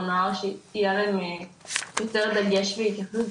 נוער שיהיה עליהם יותר דגש והתייחסות,